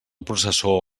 processó